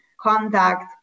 contact